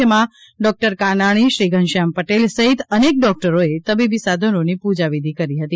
જેમાં ડોક્ટર કાનાણી શ્રી ઘનશ્યામ પટેલ સહિત અનેક ડોક્ટરોએ તબીબી સાધનોની પૂજા વિધિ કરી હતી